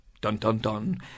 dun-dun-dun –